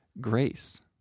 grace